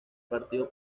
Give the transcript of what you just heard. partido